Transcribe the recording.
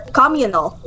communal